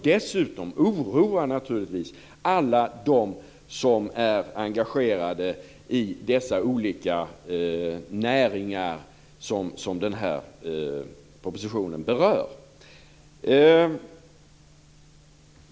Dessutom oroar den naturligtvis alla dem som är engagerade i de olika näringar som propositionen berör.